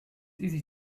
easy